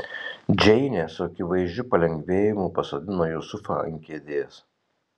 džeinė su akivaizdžiu palengvėjimu pasodino jusufą ant kėdės